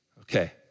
Okay